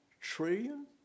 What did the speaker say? trillion